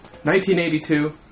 1982